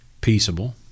peaceable